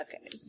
okay